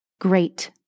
great